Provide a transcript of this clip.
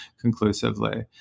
conclusively